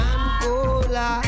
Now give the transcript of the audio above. Angola